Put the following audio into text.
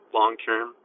long-term